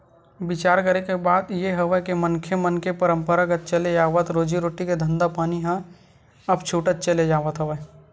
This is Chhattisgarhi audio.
बिचार करे के बात ये हवय के मनखे मन के पंरापरागत चले आवत रोजी रोटी के धंधापानी ह अब छूटत चले जावत हवय